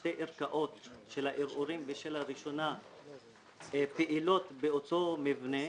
שתי ערכאות של הערעורים ושל הראשונה פעילות באותו מבנה.